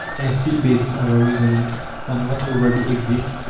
and, still basing our reasonings on what already exists,